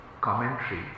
commentary